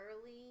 early